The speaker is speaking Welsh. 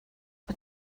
wyt